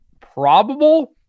probable